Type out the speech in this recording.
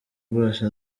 rwose